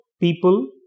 people